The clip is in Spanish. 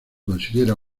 considera